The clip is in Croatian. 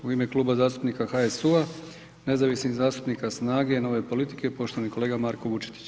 U ime Kluba zastupnika HSU-a, Nezavisnih zastupnika, SNAGA-e i Nove politike, poštovani kolega Marko Vučetić.